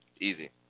Easy